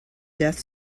death